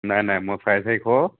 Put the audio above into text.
নাই নাই মই চাৰে চাৰিশ